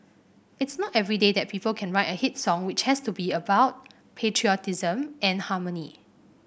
it's not every day that people can write a hit song which has to be about patriotism and harmony